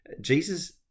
Jesus